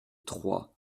trois